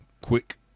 quick